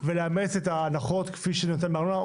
ולאמץ את ההנחות כפי שניתנות בארנונה.